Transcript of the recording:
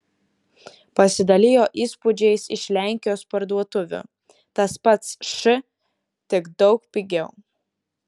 pasidalijo įspūdžiais iš lenkijos parduotuvių tas pats š tik daug pigiau